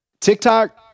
tiktok